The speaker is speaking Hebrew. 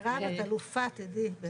מירב, את אלופה, תדעי.